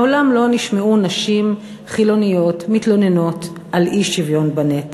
מעולם לא נשמעו נשים חילוניות מתלוננות על אי-שוויון בנטל.